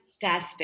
Fantastic